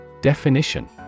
Definition